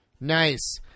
Nice